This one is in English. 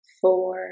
four